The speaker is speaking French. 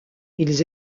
ils